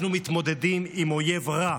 אנחנו מתמודדים עם אויב רע,